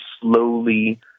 slowly